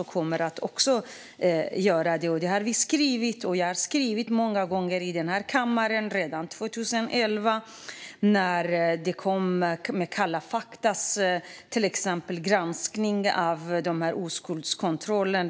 Vi har skrivit om detta, och jag har många gånger, redan 2011, tagit upp det i denna kammare. Kalla fakta gjorde en granskning av oskuldskontrollerna.